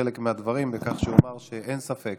לחלק מהדברים בכך שאומר שאין ספק